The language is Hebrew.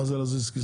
מה זה "להזיז כיסא"?